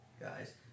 guys